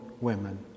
women